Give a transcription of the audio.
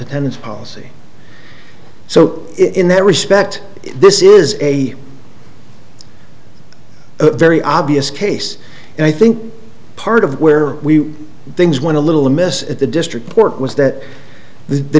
attendance policy so in that respect this is a very obvious case and i think part of where we things went a little amiss at the district court was that the